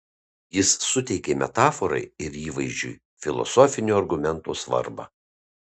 jis suteikė metaforai ir įvaizdžiui filosofinio argumento svarbą